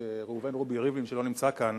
הכנסת ראובן רובי ריבלין, שלא נמצא כאן,